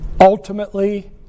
Ultimately